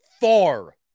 far